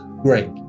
great